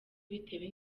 bitewe